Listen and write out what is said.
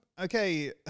Okay